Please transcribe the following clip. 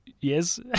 Yes